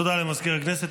תודה למזכיר הכנסת.